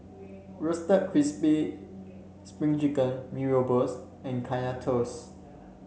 Roasted Crispy Spring Chicken Mee Rebus and Kaya Toast